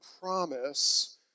promise